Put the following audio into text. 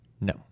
No